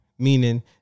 meaning